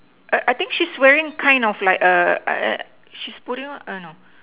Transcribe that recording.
err I think she's wearing kind of like a I I she's putting on err no